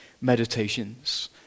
Meditations